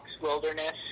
Wilderness